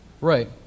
Right